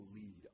lead